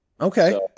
Okay